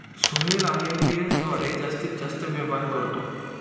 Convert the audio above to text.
Sohail IMPS द्वारे जास्तीत जास्त व्यवहार करतो